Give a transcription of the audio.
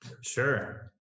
Sure